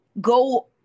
go